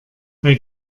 bei